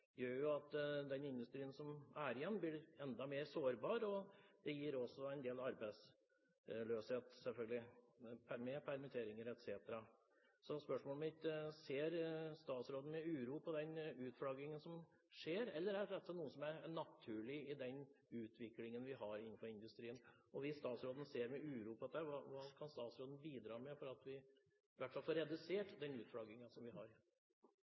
gjør at den industrien som blir igjen, blir enda mer sårbar. Det gir også en del arbeidsløshet, selvfølgelig, eller permitteringer. Så spørsmålet mitt er: Ser statsråden med uro på den utflaggingen som skjer, eller er dette naturlig i den utviklingen vi har innenfor industrien? Hvis statsråden ser med uro på dette, hva kan statsråden bidra med for at vi i hvert fall får redusert denne utflaggingen? Det er veldig mange ting som bidrar til at vi